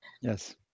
Yes